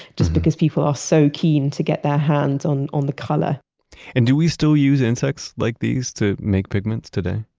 just because people are so keen to get their hands on on the color and do we still use insects like these to make pigments today?